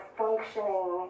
functioning